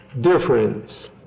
difference